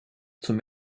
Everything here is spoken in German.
zum